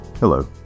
Hello